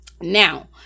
Now